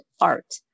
art